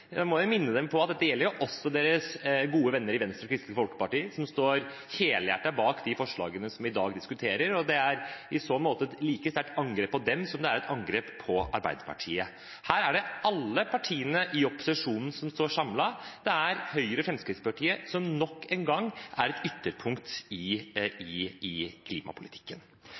Da må jeg minne dem på at dette gjelder også deres gode venner i Venstre og Kristelig Folkeparti, som står helhjertet bak de forslagene som vi i dag diskuterer, og det er i så måte et like sterkt angrep på dem som på Arbeiderpartiet. Her står alle partiene i opposisjonen samlet. Det er Høyre og Fremskrittspartiet som nok en gang er et ytterpunkt i